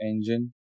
engine